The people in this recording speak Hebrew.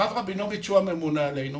הרב רבינוביץ הוא הממונה עלינו,